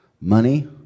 Money